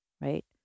right